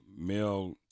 male